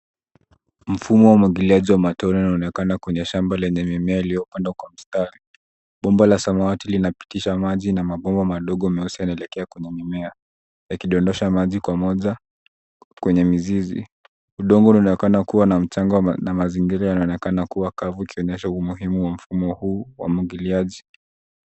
Mfumo wa umwagiliaji wa matone unaonekana kwenye shamba lenye mimea iliyopandwa kwa mstari. Bomba la samawati linapitisha maji lina mabomba madogo mweusi yanaelekea kwenye mimea yakidondosha maji kwa moja kwenye mizizi. Udongo unaonekana kuwa na mchanga na mazingira yanaonekana kuwa kavu ukionyesha umuhimu wa mfumo huu wa umwagiliaji.